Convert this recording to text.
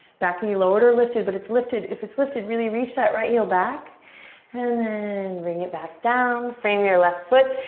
back knee lowered or lifted but it's lifted. if it's lifted, really reach that right heel back and then bring it back down, frame your left foot,